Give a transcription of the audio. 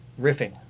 riffing